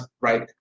right